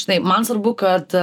žinai man svarbu kad